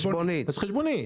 אז חשבונית.